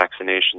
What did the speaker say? vaccinations